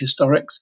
historics